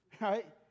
right